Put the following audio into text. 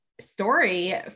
story